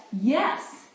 yes